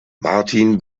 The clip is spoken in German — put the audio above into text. martin